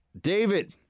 David